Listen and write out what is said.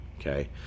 okay